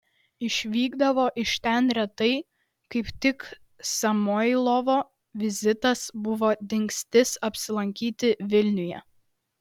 išvykdavo iš ten retai ir kaip tik samoilovo vizitas buvo dingstis apsilankyti vilniuje